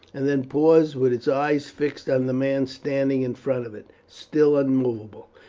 and then paused with its eyes fixed on the man standing in front of it, still immovable,